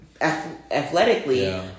athletically